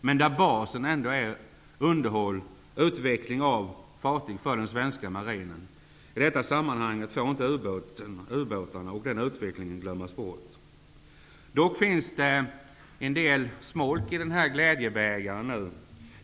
Men basen är ändå underhåll och utveckling av fartyg för den svenska marinen. I detta sammanhang får inte ubåtarna och utvecklingen kring dem glömmas bort. Det finns dock en del smolk i glädjebägaren nu.